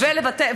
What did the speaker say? בבקשה.